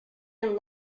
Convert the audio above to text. and